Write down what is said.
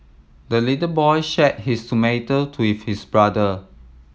the little boy shared his tomato to with his brother